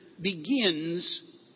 begins